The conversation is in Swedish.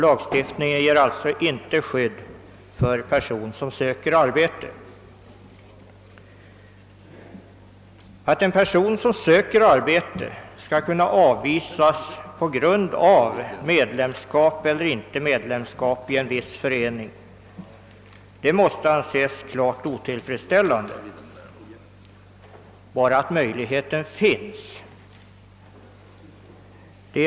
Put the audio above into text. Lagstiftningen ger alltså inte skydd för personer som söker arbete. Att en person som söker arbete skall kunna avvisas på grund av medlemskap eller inte medlemskap i en viss förening måste anses klart otillfredsställande.